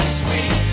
sweet